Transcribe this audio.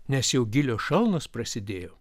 nes jau gilios šalnos prasidėjo